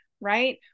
Right